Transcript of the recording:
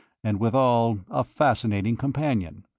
and withal a fascinating companion.